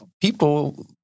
people